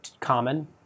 common